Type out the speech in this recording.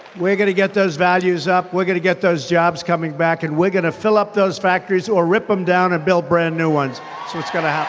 we're gonna get those values up, we're gonna get those jobs coming back, and we're gonna fill up those factories or rip em down and build brand new ones. it's what's gonna